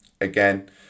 again